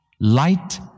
light